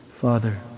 Father